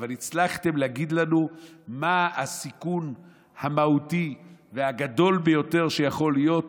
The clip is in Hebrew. אבל הצלחתם להגיד לנו מה הסיכון המהותי והגדול ביותר שיכול להיות